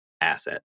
asset